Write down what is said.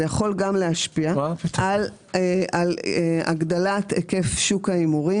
זה יכול גם להשפיע על הגדלת היקף שוק ההימורים.